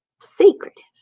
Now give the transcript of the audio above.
secretive